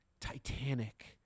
Titanic